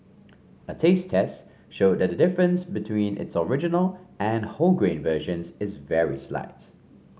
a taste test showed that the difference between its original and wholegrain versions is very slight